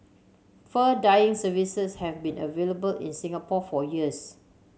fur dyeing services have been available in Singapore for years